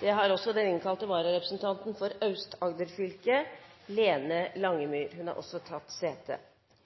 Den innkalte vararepresentanten for Aust-Agder fylke, Lene Langemyr, har tatt sete. Fra Fremskrittspartiets stortingsgruppe foreligger søknad om sykepermisjon for